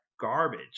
garbage